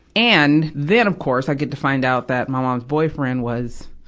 and, then, of course, i get to find out that my mom's boyfriend was,